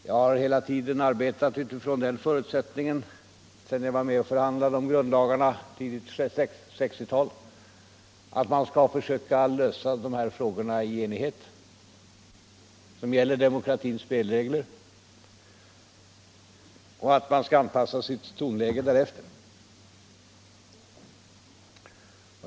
Jag har hela tiden sedan jag var med och förhandlade om grundvalarna i det tidiga 1960-talet arbetat utifrån den förutsättningen att vi skall försöka att lösa dessa frågor i enighet med demokratins spelregler och att anpassa tonläget därefter.